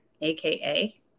aka